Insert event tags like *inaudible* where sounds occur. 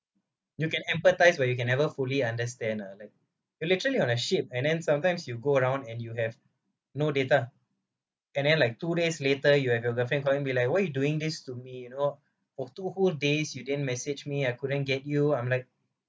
you can empathise but you can never fully understand uh like it literally on a ship and then sometimes you go around and you have no data and then like two days later you have your girlfriend calling be like why you doing this to me you know *breath* of two whole days you didn't message me I couldn't get you I'm like